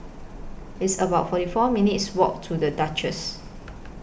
It's about forty four minutes' Walk to The Duchess